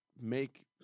Make